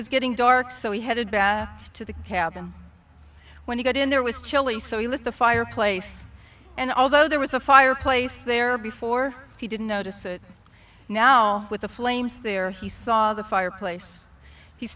was getting dark so we headed back to the cabin when he got in there was chilly so he lit the fireplace and although there was a fireplace there before he didn't notice it now with the flames there he saw the fireplace he